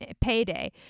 payday